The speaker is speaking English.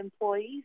employees